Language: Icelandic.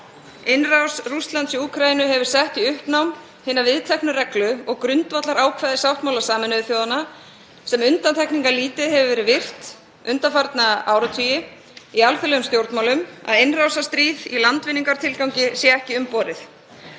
Innrás Rússlands í Úkraínu hefur sett í uppnám hina viðteknu reglu og grundvallarákvæði sáttmála Sameinuðu þjóðanna sem undantekningarlítið hefur verið virt undanfarna áratugi í alþjóðlegum stjórnmálum; að innrásarstríð í landvinningatilgangi sé ekki umborið.